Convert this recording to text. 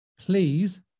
please